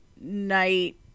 night